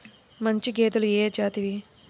మంచి గేదెలు ఏ జాతివి?